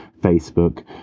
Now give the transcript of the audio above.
Facebook